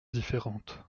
différente